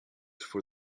for